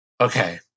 okay